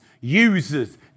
users